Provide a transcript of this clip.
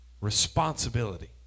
responsibility